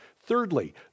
Thirdly